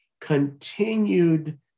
continued